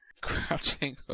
Crouching